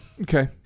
Okay